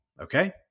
Okay